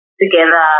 together